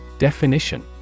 Definition